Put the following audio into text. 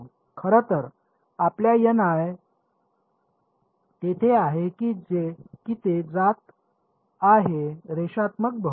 खरं तर आपल्या Ni तेथे आहे की ते जात आहेत रेषात्मक बहुपदी